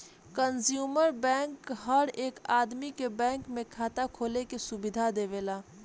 consumer bank हर एक आदमी के बैंक में खाता खोले के सुविधा देवेला